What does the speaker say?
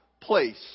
place